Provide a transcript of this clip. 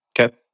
Okay